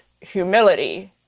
humility